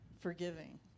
forgiving